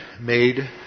made